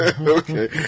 Okay